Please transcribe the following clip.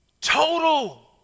Total